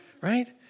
Right